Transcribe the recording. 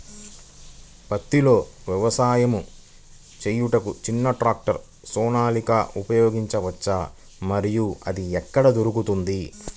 పత్తిలో వ్యవసాయము చేయుటకు చిన్న ట్రాక్టర్ సోనాలిక ఉపయోగించవచ్చా మరియు అది ఎక్కడ దొరుకుతుంది?